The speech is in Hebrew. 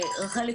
רחלי,